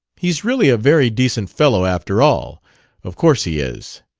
he's really a very decent fellow, after all of course he is,